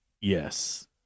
Yes